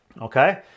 okay